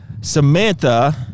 Samantha